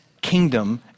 kingdom